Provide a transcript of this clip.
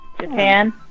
Japan